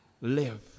live